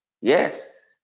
yes